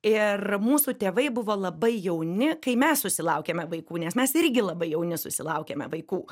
ir mūsų tėvai buvo labai jauni kai mes susilaukėme vaikų nes mes irgi labai jauni susilaukėme vaikų